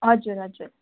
हजुर हजुर